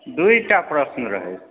दुइटा प्रश्न रहै